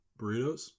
burritos